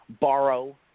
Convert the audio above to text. borrow